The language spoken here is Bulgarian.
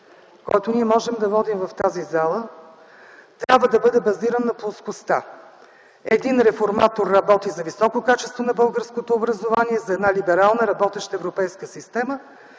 който ние може да водим в тази зала, трябва да бъде базиран на плоскостта: един реформатор работи за високо качество на българското образование, за една либерална, работеща европейска система